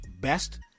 best